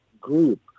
group